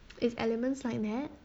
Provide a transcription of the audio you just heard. it's elements like that